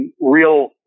real